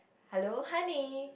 hello honey